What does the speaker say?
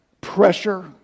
pressure